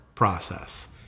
Process